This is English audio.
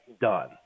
done